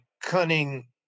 cunning